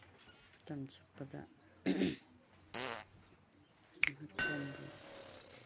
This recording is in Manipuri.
ꯃꯇꯝ ꯆꯨꯞꯄꯗ ꯏꯁꯃꯥꯔꯠ ꯐꯣꯟꯕꯨ